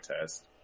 test